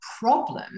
problem